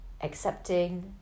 accepting